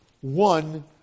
one